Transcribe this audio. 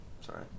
Sorry